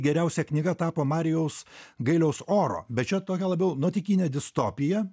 geriausia knyga tapo marijaus gailiaus oro bet čia tokia labiau nuotykinė distopija